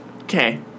Okay